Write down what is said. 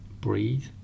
breathe